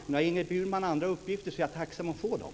Men har Ingrid Burman andra uppgifter så är jag tacksam om jag får dem.